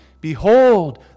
Behold